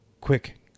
Quick